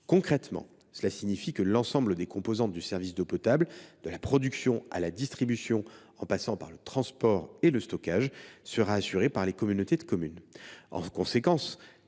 Concrètement, cela signifie que l’ensemble des composantes du service d’eau potable, de la production à la distribution, en passant par le transport et le stockage, sera assuré par les communautés de communes. En conséquence